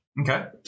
Okay